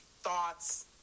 thoughts